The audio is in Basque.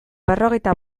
berrogeita